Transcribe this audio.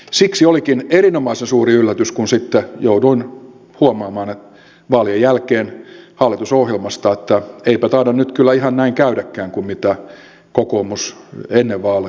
siksi olikin erinomaisen suuri yllätys kun sitten jouduin huomaamaan vaalien jälkeen hallitusohjelmasta että eipä taida nyt kyllä ihan näin käydäkään kuin mitä kokoomus ennen vaaleja puhui